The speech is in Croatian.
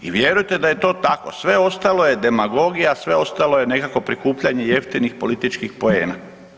I vjerujte da je to tako, sve ostalo je demagogija, sve ostalo je nekakvo prikupljanje jeftinih političkih poena.